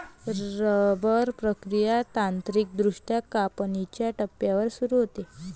rubber प्रक्रिया तांत्रिकदृष्ट्या कापणीच्या टप्प्यावर सुरू होते